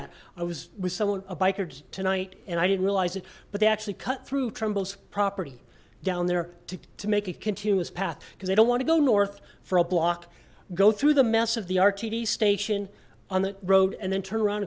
at i was with someone by kurt tonight and i didn't realize it but they actually cut through trembles property down there to make a continuous path because they don't want to go north for a block go through the mess of the rtd station on the road and then turn around